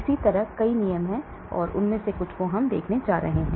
इसी तरह कई नियम हैं मैंने कहा हम उनमें से कुछ को देखने जा रहे हैं